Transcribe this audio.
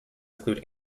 include